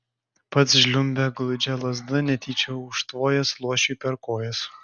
pats žliumbė gludžia lazda netyčia užtvojęs luošiui per kojas